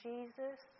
Jesus